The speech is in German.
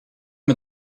mit